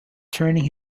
turning